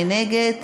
מי נגד?